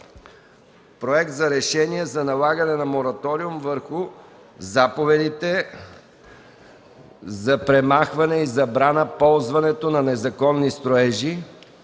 Проект за решение за налагане на мораториум върху заповедите за премахване и забрана ползването на незаконни строежи,